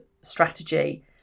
strategy